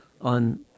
on